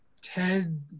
Ted